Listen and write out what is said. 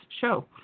show